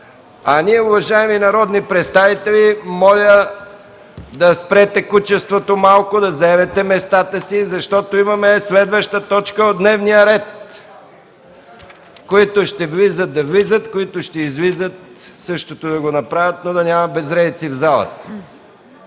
ред. Уважаеми народни представители, моля да спре текучеството, да заемете местата си, защото имаме следваща точка от дневния ред. Които ще влизат – да влизат, които ще излизат –да направят същото, но да няма безредици в залата.